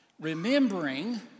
remembering